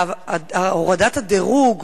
והורדת הדירוג